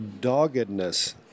doggedness